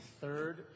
third